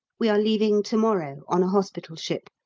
we are leaving to-morrow, on a hospital ship,